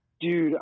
Dude